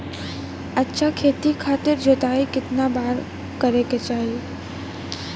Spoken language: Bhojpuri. अच्छा खेती खातिर जोताई कितना बार करे के चाही?